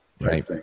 Right